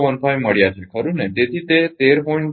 015 મળ્યા છે ખરુ ને